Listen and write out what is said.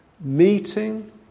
meeting